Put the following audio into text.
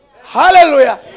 Hallelujah